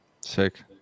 Sick